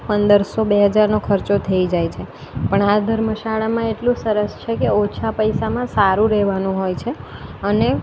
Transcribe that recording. પંદરસો બે હજારનો ખર્ચો થઈ જાય છે પણ આ ધર્મશાળામાં એટલું સરસ છે કે ઓછા પૈસામાં સારું રહેવાનું હોય છે અને